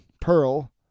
Pearl